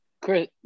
Chris